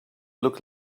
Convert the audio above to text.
look